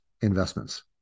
investments